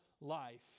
life